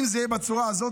אם זה יהיה בצורה הזאת,